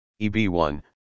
EB1